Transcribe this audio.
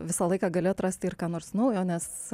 visą laiką gali atrasti ir ką nors naujo nes